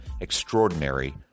extraordinary